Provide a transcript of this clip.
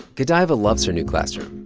godaiva loves her new classroom.